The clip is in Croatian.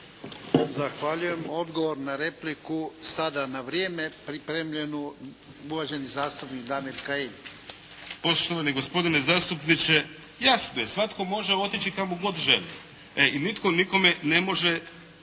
Zahvaljujem. Odgovor na repliku, sada na vrijeme pripremljenu, uvaženi zastupnik Damir Kajin. **Kajin, Damir (IDS)** Poštovani gospodine zastupniče, jasno je, svatko može otići kamo god želi i nitko nikome ne može,